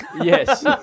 yes